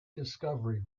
discovery